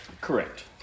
correct